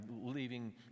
leaving